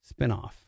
Spinoff